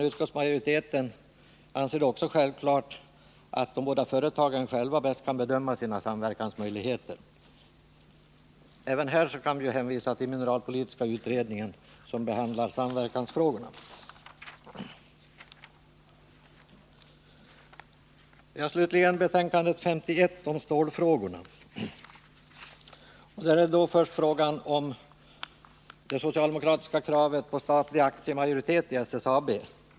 Utskottsmajoriteten anser det självklart att de båda företagen själva bäst kan bedöma sina samverkansmöjligheter. Även här kan vi hänvisa till mineralpolitiska utredningen, som också behandlar samverkansfrågan. När det gäller näringsutskottets betänkande nr 51 om stålfrågor vill jag först ta upp det socialdemokratiska kravet på statlig aktiemajoritet i SSAB.